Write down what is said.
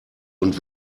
und